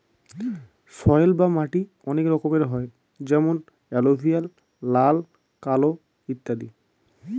soil বা মাটি অনেক রকমের হয় যেমন এলুভিয়াল, লাল, কালো ইত্যাদি